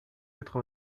quatre